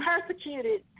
persecuted